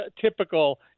typical